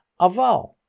Aval